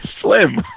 slim